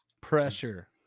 Pressure